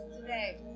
today